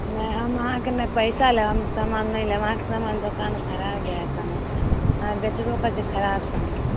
नहि हम अहाँकेँ ने पैसा लाएब सामान नहि लाएब अहाँकेँ समान दोकान खराब हए समान अहाँ बेचबो करैत छियै खराब समान